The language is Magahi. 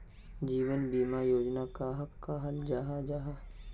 जीवन बीमा योजना कहाक कहाल जाहा जाहा?